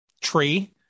tree